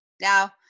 Now